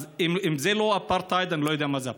אז אם זה לא אפרטהייד אני לא יודע מה זה אפרטהייד.